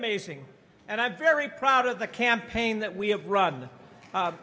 amazing and i'm very proud of the campaign that we have run